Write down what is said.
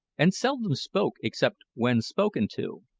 and seldom spoke except when spoken to.